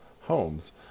homes